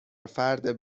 فرد